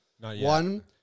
one